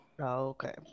okay